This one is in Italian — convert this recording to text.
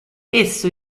esso